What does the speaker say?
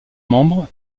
membre